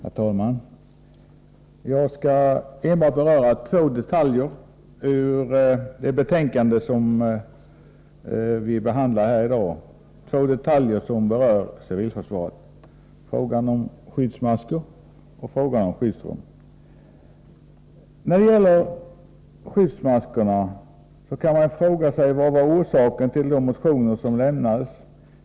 Herr talman! Jag skall enbart ta upp två detaljer i det betänkande som vi behandlar här i dag, två detaljer som berör civilförsvaret — frågan om skyddsmasker och frågan om skyddsrum. När det gäller skyddsmaskerna kan man fråga sig vad som var orsaken till de motioner som väcktes.